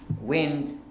wind